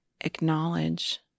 acknowledge